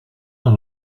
dans